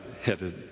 headed